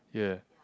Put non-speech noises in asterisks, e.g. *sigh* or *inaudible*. yeah *noise*